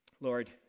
Lord